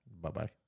Bye-bye